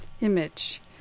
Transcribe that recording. image